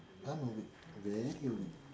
!huh! no wait very clear only